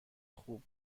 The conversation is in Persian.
خوب